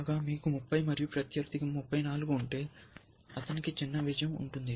కాగా మీకు 30 మరియు ప్రత్యర్థికి 34 ఉంటే అతనికి చిన్న విజయం ఉంటుంది